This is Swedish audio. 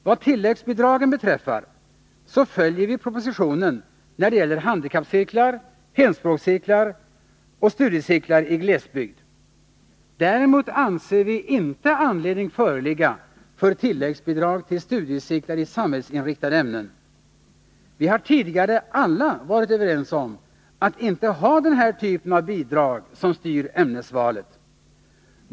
Vad tilläggsbidragen beträffar följer vi propositionen när det gäller handikappcirklar, hemspråkscirklar och studiecirklar i glesbygd. Däremot anser vi inte anledning föreligga för tilläggsbidrag till studiecirklar i samhällsinriktade ämnen. Vi har tidigare alla varit överens om att inte ha den här typen av bidrag, som styr ämnesvalet.